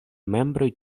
membroj